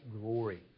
glory